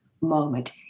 moment